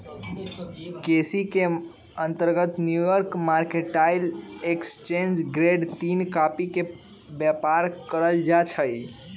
केसी के अंतर्गत New York mercantile exchange grade तीन कॉफी के व्यापार कएल जाइ छइ